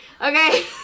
Okay